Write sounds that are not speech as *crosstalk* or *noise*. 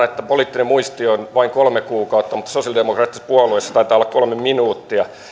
*unintelligible* että poliittinen muisti on vain kolme kuukautta mutta sosialidemokraattisessa puolueessa taitaa olla kolme minuuttia